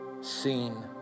seen